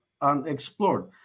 unexplored